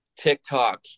TikTok